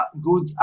good